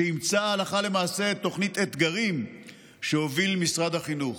שאימצה הלכה למעשה את תוכנית אתגרים שהוביל משרד החינוך.